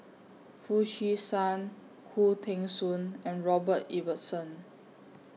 Foo Chee San Khoo Teng Soon and Robert Ibbetson